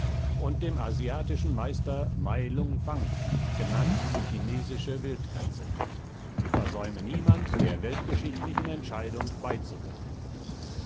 und dem asiatischen meister mai lung fang genannt die chinesische wildkatze versäume niemand der weltgeschichtlichen entscheidung beizuwohnen